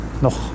noch